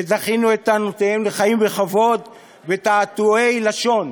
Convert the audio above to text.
ודחינו את טענותיהם לחיים בכבוד בתעתועי לשון.